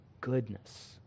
goodness